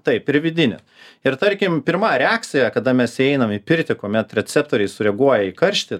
taip ir vidinė ir tarkim pirma reakcija kada mes įeinam į pirtį kuomet receptoriai sureaguoja į karštį